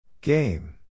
Game